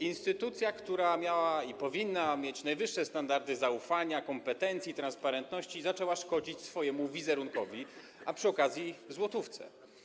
Instytucja, która miała i powinna mieć najwyższe standardy w zakresie zaufania, kompetencji, transparentności, zaczęła szkodzić swojemu wizerunkowi, a przy okazji złotówce.